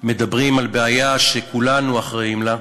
מדברים על בעיה שכולנו אחראים לה.